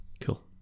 Cool